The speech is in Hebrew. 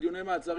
או לדיוני מעצרים,